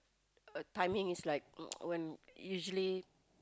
uh timing is like uh when usually